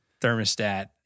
thermostat